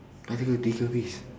kata kul tiga habis